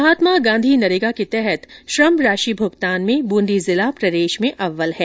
महात्मा गांधी नरेगा के तहत श्रम राशि भुगतान में बूंदी जिला प्रदेश में अव्वल है